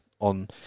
on